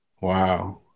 Wow